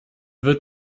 wird